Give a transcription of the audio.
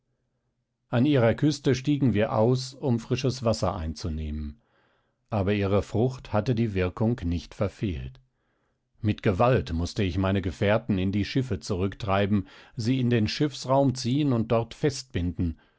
an ihrer küste stiegen wir aus um frisches wasser einzunehmen aber ihre frucht hatte die wirkung nicht verfehlt mit gewalt mußte ich meine gefährten in die schiffe zurücktreiben sie in den schiffsraum ziehen und dort festbinden